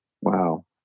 Wow